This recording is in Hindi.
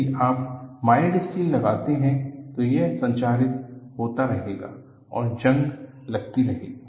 यदि आप माइल्ड स्टील लगाते हैं तो यह संक्षारित होता रहेगा और जंग लगती रहेगा